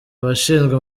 abashinzwe